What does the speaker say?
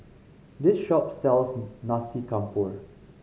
this shop sells Nasi Campur